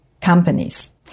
companies